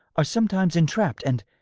are sometimes entrapped and.